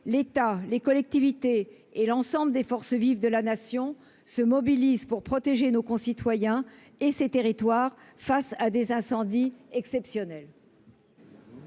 l'État, les collectivités et l'ensemble des forces vives de la Nation se mobilisent pour protéger nos concitoyens et ces territoires, face à des incendies exceptionnels.